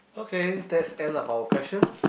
okay that's end of our questions